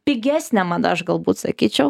pigesnė mada aš galbūt sakyčiau